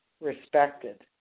Respected